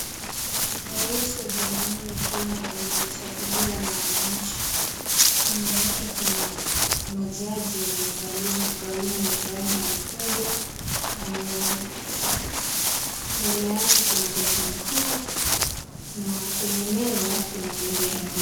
Rais wa jamhuri ya Kenya aliyechaguliwa na wananchi. Nyuma yake kuna majaji waliovalia magauni ya rangi nyekundu na nyeusi. Mbele yake kuna jaji mkuu na kwenye meza kuna bendera mbili.